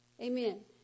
Amen